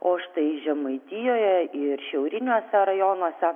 o štai žemaitijoje ir šiauriniuose rajonuose